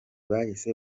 bahise